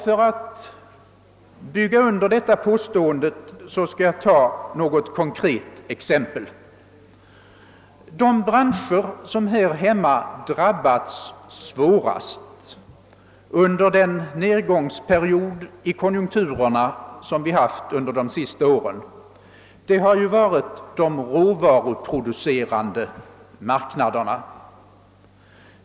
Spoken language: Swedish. För att underbygga detta påstående skall jag ta ett konkret exempel. De branscher som här hemma drabbats svårast under den nedgångsperiod som vi haft de sista åren har ju varit de råvaruproducerande.